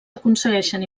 aconsegueixen